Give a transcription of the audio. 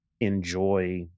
enjoy